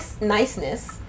niceness